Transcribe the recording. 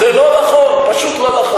שנעשה, ומה שנעשה הוא טוב.